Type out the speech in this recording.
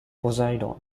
poseidon